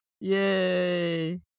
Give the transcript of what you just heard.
Yay